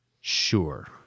Sure